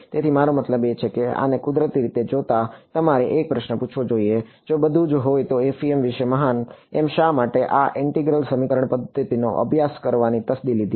તેથી મારો મતલબ છે કે આને કુદરતી રીતે જોતા તમારે એક પ્રશ્ન પૂછવો જોઈએ જો બધું જ હોય તો FEM વિશે મહાન અમે શા માટે આ ઈન્ટિગરલ સમીકરણ પદ્ધતિનો અભ્યાસ કરવાની તસ્દી લીધી